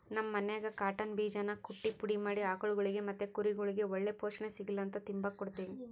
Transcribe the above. ನಮ್ ಮನ್ಯಾಗ ಕಾಟನ್ ಬೀಜಾನ ಕುಟ್ಟಿ ಪುಡಿ ಮಾಡಿ ಆಕುಳ್ಗುಳಿಗೆ ಮತ್ತೆ ಕುರಿಗುಳ್ಗೆ ಒಳ್ಳೆ ಪೋಷಣೆ ಸಿಗುಲಂತ ತಿಂಬಾಕ್ ಕೊಡ್ತೀವಿ